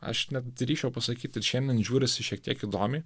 aš net drįsčiau pasakyti šiandien žiūrisi šiek tiek įdomiai